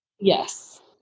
Yes